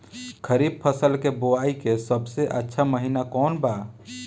खरीफ फसल के बोआई के सबसे अच्छा महिना कौन बा?